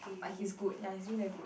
but he's good ya he's usually very good